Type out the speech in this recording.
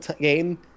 game